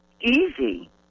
easy